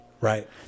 right